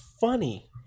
funny